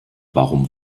warum